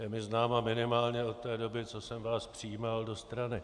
Je mi známa minimálně od té doby, co jsem vás přijímal do strany.